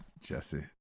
Jesse